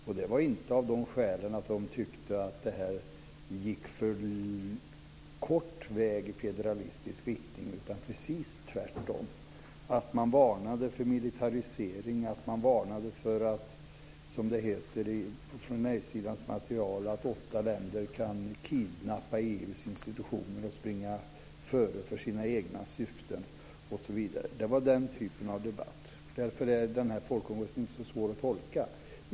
Skälet var inte att man tyckte att det här gick för lite i federalistisk riktning, utan precis tvärtom. Man varnade för militarisering. Man varnade för att, som det heter i nej-sidans material, åtta länder kan kidnappa EU:s institutioner och springa före för sina egna syften osv. Det var den typen av debatt. Därför är den här folkomröstningen inte så svår att tolka.